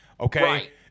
Okay